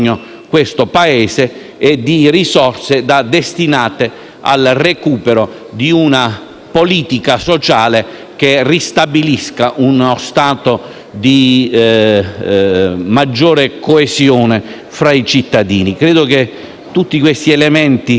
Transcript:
questo Paese e alle risorse da destinare al recupero di una politica sociale che ristabilisca uno stato di maggiore coesione tra i cittadini. Credo che tutti questi elementi